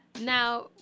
Now